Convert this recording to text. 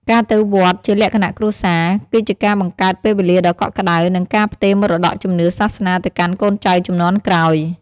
ការទៅវត្តជាលក្ខណៈគ្រួសារ គឺជាការបង្កើតពេលវេលាដ៏កក់ក្តៅ និងការផ្ទេរមរតកជំនឿសាសនាទៅកាន់កូនចៅជំនាន់ក្រោយ។